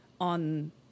on